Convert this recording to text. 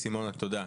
תודה.